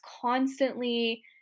constantly